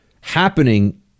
happening